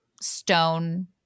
stone